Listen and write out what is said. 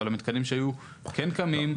אבל המתקנים שהיו כן קמים,